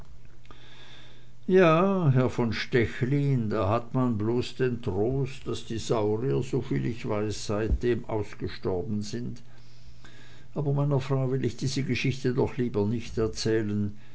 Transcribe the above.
ja herr von stechlin da hat man bloß den trost daß die saurier soviel ich weiß seitdem ausgestorben sind aber meiner frau will ich diese geschichte doch lieber nicht erzählen